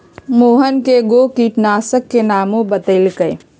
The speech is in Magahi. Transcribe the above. मोहन कै गो किटनाशी के नामो बतलकई